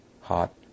hot